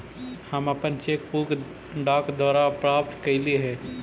हम अपन cheque book डाक द्वारा प्राप्त कईली हे